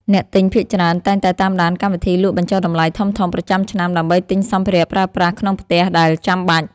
អ្នកទិញភាគច្រើនតែងតែតាមដានកម្មវិធីលក់បញ្ចុះតម្លៃធំៗប្រចាំឆ្នាំដើម្បីទិញសម្ភារៈប្រើប្រាស់ក្នុងផ្ទះដែលចាំបាច់។